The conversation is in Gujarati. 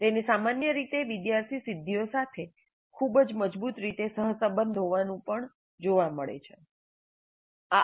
તેને સામાન્ય રીતે વિદ્યાર્થી સિદ્ધિઓ સાથે ખૂબ જ મજબૂત રીતે સહસંબંધ હોવાનું પણ જોવા મળે છે પ્રશિક્ષક લઈ શકે તેવી કોઈપણ અન્ય ક્રિયાઓની તુલનામાં